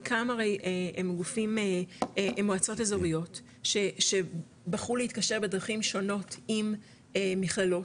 חלקם הרי הם מועצות אזוריות שבחרו להתקשר בדרכים שונות עם מכללות,